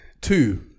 Two